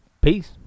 peace